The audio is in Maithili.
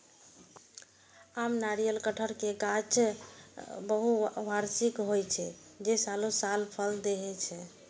आम, नारियल, कहटर के गाछ बहुवार्षिक होइ छै, जे सालों साल फल दै छै